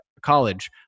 college